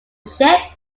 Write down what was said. ship